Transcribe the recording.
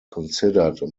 considered